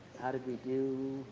how did we do?